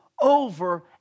over